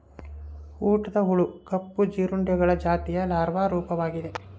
ಊಟದ ಹುಳು ಕಪ್ಪು ಜೀರುಂಡೆಗಳ ಜಾತಿಯ ಲಾರ್ವಾ ರೂಪವಾಗಿದೆ